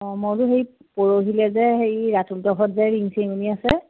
অঁ মই বোলো সেই পৰহিলৈ যে হেৰি ৰাতুলহঁতৰ ঘৰত যে ৰিং চেৰিমণি আছে